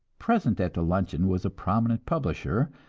present at the luncheon was a prominent publisher,